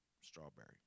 strawberry